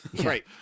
Right